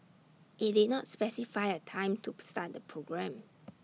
IT did not specify A time tub start the programme